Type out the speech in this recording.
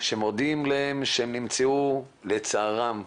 שמודיעים להם שהם נמצאו לצערם חיוביים,